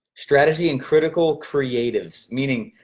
strategy and critical creatives meaning,